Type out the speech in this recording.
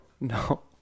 No